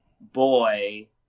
boy